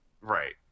Right